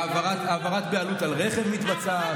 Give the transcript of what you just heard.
העברת בעלות על רכב מתבצעת.